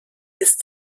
ist